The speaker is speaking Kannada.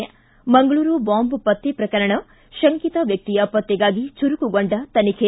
ಿ ಮಂಗಳೂರು ಬಾಂಬ್ ಪತ್ತೆ ಪ್ರಕರಣ ಶಂಕಿತ ವ್ಯಕ್ತಿಯ ಪತ್ತೆಗಾಗಿ ಚುರುಕುಗೊಂಡ ತನಿಖೆ